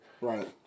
Right